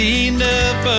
enough